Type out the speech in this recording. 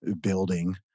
Building